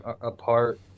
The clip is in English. apart